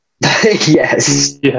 Yes